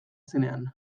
zenean